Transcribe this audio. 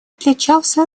отличается